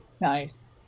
Nice